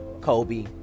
Kobe